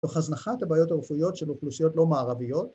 ‫תוך הזנחת הבעיות הרפואיות ‫של אוכלוסיות לא מערביות.